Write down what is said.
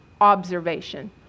observation